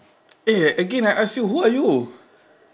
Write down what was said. eh again I ask you who are you